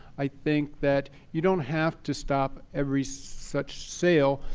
i think that you don't have to stop every such sale.